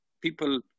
people